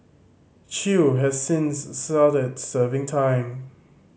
chew has since started serving time